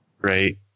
Right